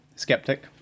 skeptic